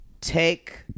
take